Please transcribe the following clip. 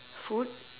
food